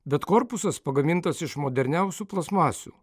bet korpusas pagamintas iš moderniausių plastmasių